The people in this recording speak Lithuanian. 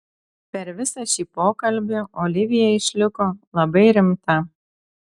per visą šį pokalbį olivija išliko labai rimta